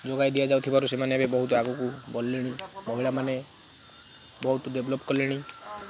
ଯୋଗାଇ ଦିଆଯାଉଥିବାରୁ ସେମାନେ ଏବେ ବହୁତ ଆଗକୁ ବଢ଼ିଲେଣି ମହିଳାମାନେ ବହୁତ ଡେଭଲପ୍ କଲେଣି